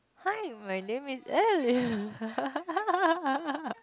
hi my name is Adeline